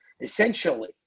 essentially